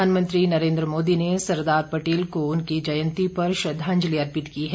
प्रधानमंत्री नरेन्द्र मोदी ने सरदार पटेल को उनकी जयंती पर श्रद्वांजलि अर्पित की है